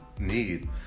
need